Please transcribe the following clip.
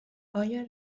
آیا